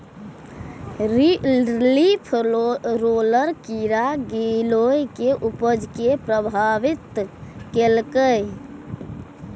leaf roller कीड़ा गिलोय के उपज कें प्रभावित केलकैए